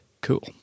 cool